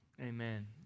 Amen